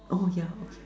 oh yeah okay